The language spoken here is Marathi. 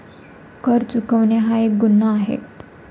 कर चुकवणे हा एक गुन्हा आहे